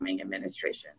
administration